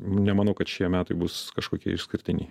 nemanau kad šie metai bus kažkokie išskirtiniai